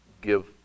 give